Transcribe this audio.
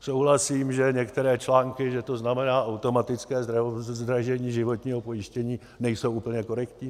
Souhlasím, že některé články, že to znamená automatické zdražení životního pojištění, nejsou úplně korektní.